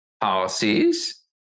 policies